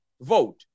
vote